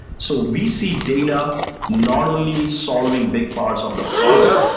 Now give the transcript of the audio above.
so we see data not only solving big parts of the product,